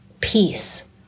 peace